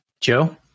Joe